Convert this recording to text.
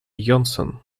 йонсон